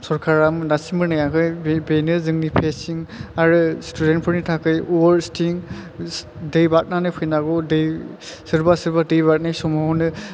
सरकारा दासिमबो नायाखै बेनो जोंनि फेसिं आरो स्टुडेन्ट फोरनि थाखाय अर्स थिं दै बारनानै फैनांगौ दै सोरबा सोरबा दै बारनाय समावनो